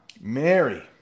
Mary